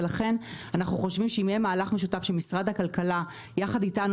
ולכן אנחנו חושבים שאם יהיה מהלך משותף של משרד הכלכלה יחד איתנו,